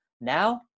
Now